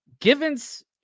givens